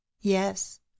yes